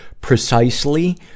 precisely